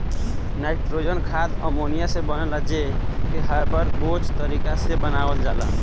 nitrogen खाद ammonia से बनेला जे के हैबर बोच तारिका से बनावल जाला